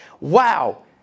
Wow